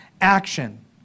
action